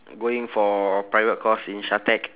going for private course in shatec